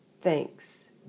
Thanks